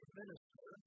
minister